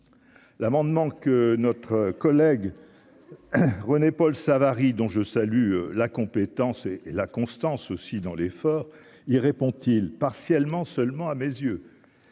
l'amendement que notre collègue René-Paul Savary, dont je salue la compétence et la constance aussi dans l'effort il répond-il partiellement seulement à mes yeux,